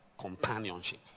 Companionship